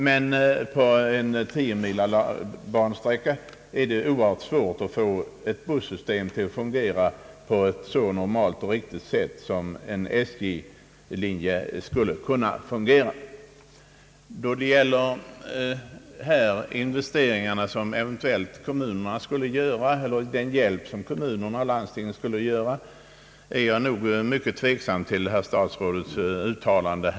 Men på en tiomils bansträcka kan det bli svårt att få ett busslinjesystem att fungera lika bra som en järnvägslinje kan göra. När det gäller den hjälp som kommuner och landsting skulle kunna ge är jag tveksam mot statsrådets uttalande.